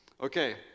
Okay